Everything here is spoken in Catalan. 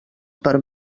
per